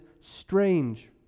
strange